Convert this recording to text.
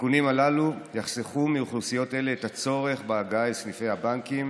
התיקונים הללו יחסכו מאוכלוסיות אלה את הצורך בהגעה אל סניפי הבנקים,